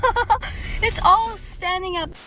but but it's all standing up.